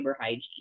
hygiene